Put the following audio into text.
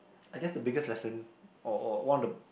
I guess the biggest lesson or or one of the